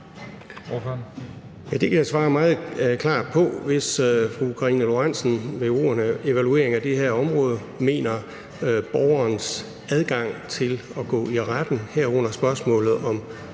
Det kan jeg svare meget klart på. Hvis fru Karina Lorentzen Dehnhardt med ordene evaluering af det her område mener borgerens adgang til at gå i retten, herunder spørgsmålet om,